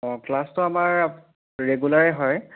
অঁ ক্লাছতো আমাৰ ৰেগুলাৰেই হয়